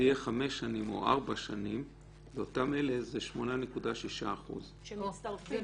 יהיה 5 שנים או 4 שנים זה 8.6%. שמצטרפים.